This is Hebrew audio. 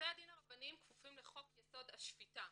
בתי הדין הרבניים כפופים לחוק יסוד השפיטה.